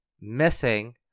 missing